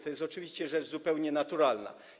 To jest oczywiście rzecz zupełnie naturalna.